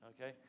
okay